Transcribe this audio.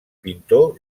pintor